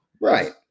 Right